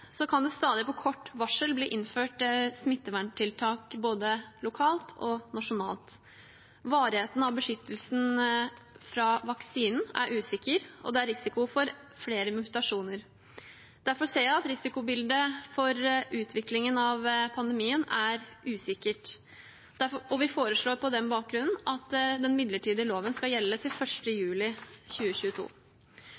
kan det stadig på kort varsel bli innført smitteverntiltak både lokalt og nasjonalt. Varigheten av beskyttelsen etter vaksinen er usikker, og det er risiko for flere mutasjoner. Derfor ser jeg at risikobildet for utviklingen av pandemien er usikkert, og vi foreslår på den bakgrunnen at den midlertidige loven skal gjelde fram til